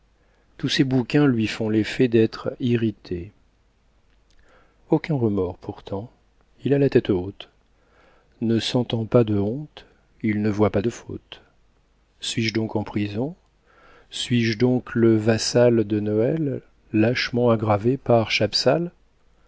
tous ces bouquins lui font l'effet d'être irrités aucun remords pourtant il a la tête haute ne sentant pas de honte il ne voit pas de faute suis-je donc en prison suis-je donc le vassal de noël lâchement aggravé par